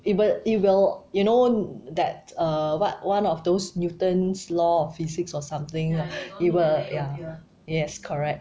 it will it will you know that err what one of those newton's law of physics or something it will ya here yes correct